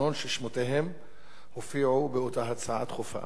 ששמותיהם הופיעו באותה הצעה דחופה.